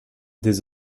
des